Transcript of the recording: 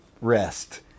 rest